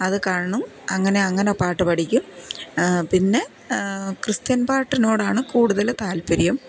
അതു കാണും അങ്ങനെ അങ്ങനെ പാട്ടുപാടിക്കും പിന്നെ ക്രിസ്ത്യൻ പാട്ടിനോടാണ് കൂടുതല് താൽപ്പര്യം